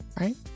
Right